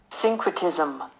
Syncretism